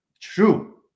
true